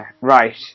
Right